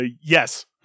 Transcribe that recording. Yes